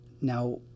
Now